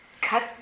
cut